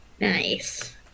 Nice